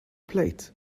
plate